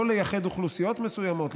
לא לייחד אוכלוסיות מסוימות,